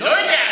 לא יודע.